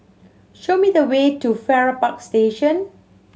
show me the way to Farrer Park Station